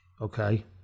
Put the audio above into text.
Okay